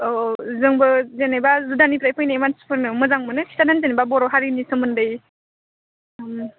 औ औ जोंबो जेनेबा जुदानिफ्राय फैनाय मानसिफोरनो मोजां मोनो खिन्थानो जेनेबा बर' हारिनि सोमोन्दै